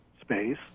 space